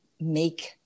make